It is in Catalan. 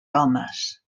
homes